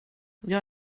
jag